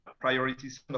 priorities